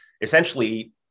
essentially